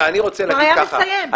הוא כבר היה מסיים.